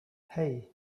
hey